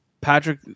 Patrick